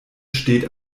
steht